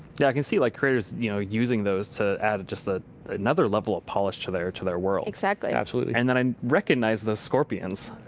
yeah, i can see like craters you know using those to add just ah another level of polish to their to their world. exactly. absolutely. and then i recognize the scorpions.